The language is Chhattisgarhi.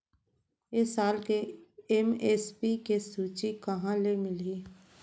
ए साल के एम.एस.पी के सूची कहाँ ले मिलही?